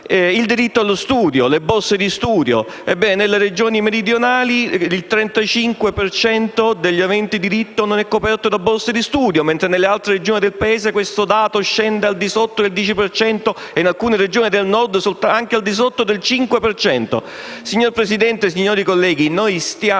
al diritto allo studio e alle borse di studio, nelle Regioni meridionali il 35 per cento degli aventi diritto non è coperto da borse di studio, mentre nelle altre Regioni del Paese il dato scende al di sotto del 10 per cento e, in alcune del Nord, anche al di sotto del 5